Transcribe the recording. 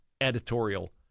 editorial